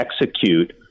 execute